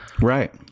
Right